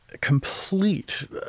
complete